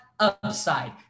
Upside